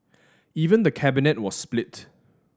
even the Cabinet was split